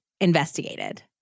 investigated